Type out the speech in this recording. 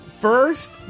first